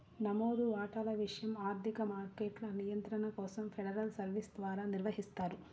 నమోదు వాటాల విషయం ఆర్థిక మార్కెట్ల నియంత్రణ కోసం ఫెడరల్ సర్వీస్ ద్వారా నిర్వహిస్తారు